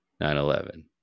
9-11